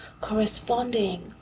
corresponding